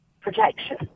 protection